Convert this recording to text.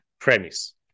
premise